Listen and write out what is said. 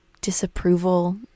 disapproval